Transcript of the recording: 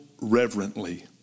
reverently